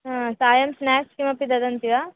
हा सायं स्नाक्स् किमपि ददन्ति वा